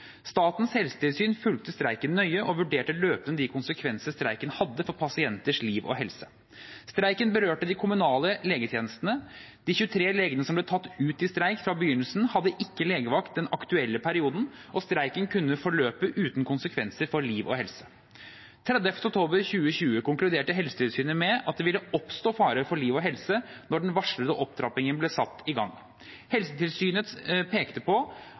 Statens helsetilsyn fulgte streiken nøye og vurderte løpende de konsekvensene streiken hadde for pasienters liv og helse. Streiken berørte de kommunale legetjenestene. De 23 legene som ble tatt ut i streik fra begynnelsen, hadde ikke legevakt den aktuelle perioden, og streiken kunne forløpe uten konsekvenser for liv og helse. Den 30. oktober 2020 konkluderte Helsetilsynet med at det ville oppstå fare for liv og helse når den varslede opptrappingen ble satt i gang. Helsetilsynet pekte på